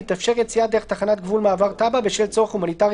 תתאפשר יציאה דרך תחנת גבול "מעבר טאבה" בשל צורך הומניטרי